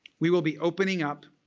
we will be opening up